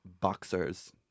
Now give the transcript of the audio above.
boxers